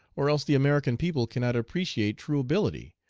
or else the american people cannot appreciate true ability,